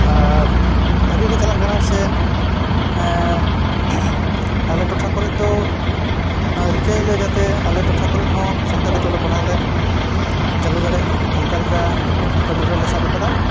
ᱟᱨ ᱵᱷᱟᱜᱮ ᱜᱮ ᱪᱟᱞᱟᱜ ᱠᱟᱱᱟ ᱥᱮ ᱟᱞᱮ ᱴᱚᱴᱷᱟ ᱠᱚᱨᱮᱡ ᱫᱚ ᱨᱤᱠᱟᱹᱭᱮᱫ ᱞᱮ ᱡᱟᱛᱮ ᱟᱞᱮ ᱴᱚᱴᱷᱟ ᱠᱚᱨᱮᱱᱦᱚᱸ ᱥᱟᱱᱛᱟᱲᱤᱛᱮ ᱚᱞᱚᱜ ᱯᱟᱲᱦᱟᱣᱞᱮ ᱪᱟᱹᱞᱩ ᱫᱟᱲᱮᱜ ᱚᱱᱠᱟᱞᱮᱠᱟ ᱠᱟᱹᱢᱤ ᱦᱚᱨᱟᱞᱮ ᱥᱟᱵ ᱟᱠᱟᱫᱟ